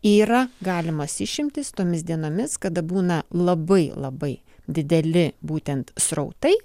yra galimos išimtys tomis dienomis kada būna labai labai dideli būtent srautai